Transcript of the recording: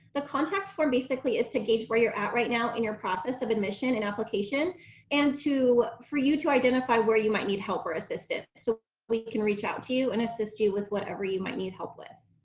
the contact form basically is to gauge where you're at right now in your process of admission and application and to for you to identify where you might need help or assistance so we can reach out to you and assist you with whatever you might need help with.